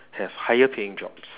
have higher paying jobs